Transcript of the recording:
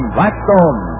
Blackstone